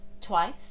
Twice